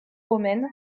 romaine